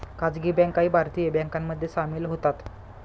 खासगी बँकाही भारतीय बँकांमध्ये सामील होतात